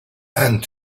and